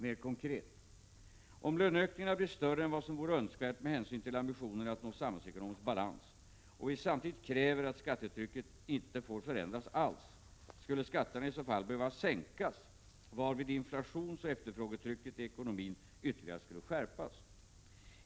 Mer konkret: Om löneökningarna blir större än vad som vore önskvärt med hänsyn till ambitionerna att nå samhällsekonomisk balans och vi samtidigt kräver att skattetrycket icke får förändras alls, skulle skatterna i så fall behöva sänkas — varvid inflationsoch efterfrågetrycket i ekonomin ytterligare skulle skärpas.